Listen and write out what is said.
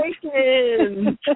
Congratulations